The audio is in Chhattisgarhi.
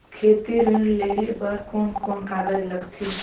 खेती ऋण लेहे बार कोन कोन कागज लगथे?